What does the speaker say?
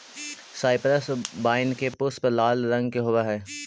cypress vine के पुष्प लाल रंग के होवअ हई